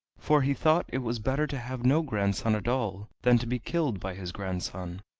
for he thought it was better to have no grandson at all than to be killed by his grandson.